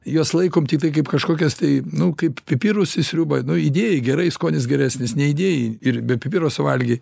juos laikom tiktai kaip kažkokias tai nu kaip pipirus į sriubą nu įdėjai gerai skonis geresnis neįdėjai ir be pipiro suvalgė